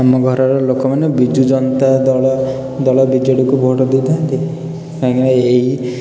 ଆମ ଘରର ଲୋକମାନେ ବିଜୁ ଜନତା ଦଳ ଦଳ ବିଜେଡ଼ିକୁ ଭୋଟ ଦେଇଥାନ୍ତି କାହିଁକି ନା ଏହି